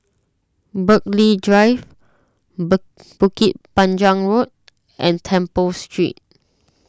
Burghley Drive Bukit Panjang Road and Temple Street